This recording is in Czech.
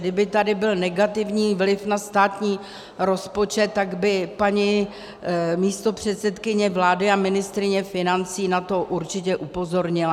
Kdyby tady byl negativní vliv na státní rozpočet, tak by paní místopředsedkyně vlády a ministryně financí na to určitě upozornila.